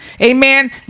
amen